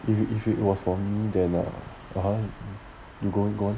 if you if it was for me then like uh you go on go on